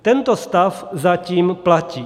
Tento stav zatím platí.